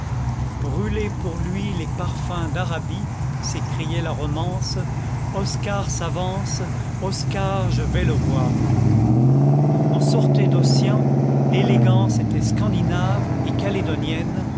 brûlez pour lui les parfums d'arabie s'écriait la romance oscar s'avance oscar je vais le voir on sortait d'ossian l'élégance était scandinave et calédonienne